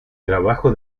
trabajo